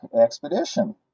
expedition